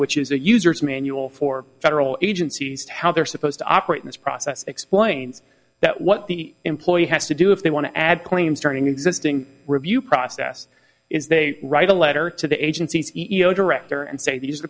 which is a user's manual for federal agencies to how they're supposed to operate in this process explains that what the employee has to do if they want to add claims turning existing review process is they write a letter to the agency's director and say these